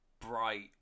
bright